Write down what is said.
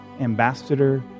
ambassador